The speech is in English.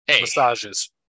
Massages